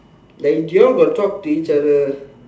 then you all got talk to each other